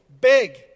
Big